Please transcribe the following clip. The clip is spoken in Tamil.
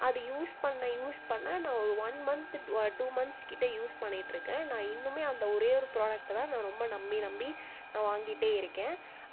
அது யூஸ் பண்ண யூஸ் பண்ண நான் ஒரு ஒன் மன்த் டூ மன்த்ஸ் கிட்ட யூஸ் பண்ணிக்கிட்ருக்கேன் நான் இன்னும் அந்த ஒரேஒரு புராடெக்ட்டை தான் நான் ரொம்ப நம்பி நம்பி நான் வாங்கிட்டே இருக்கேன்